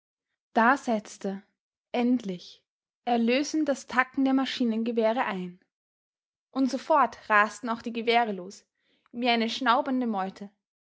da setzte endlich erlösend das tacken der maschinengewehre ein und sofort rasten auch die gewehre los wie eine schnaubende meute